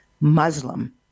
Muslim